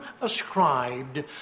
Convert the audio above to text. ascribed